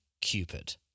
Cupid